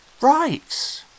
Right